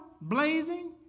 blazing